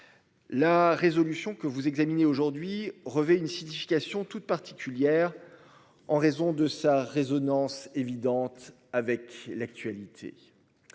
La résolution que vous examinez aujourd'hui revêt une signification toute particulière. En raison de sa résonance évidente avec l'actualité.